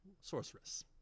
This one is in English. Sorceress